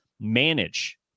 manage